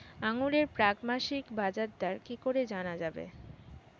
আঙ্গুরের প্রাক মাসিক বাজারদর কি করে জানা যাবে?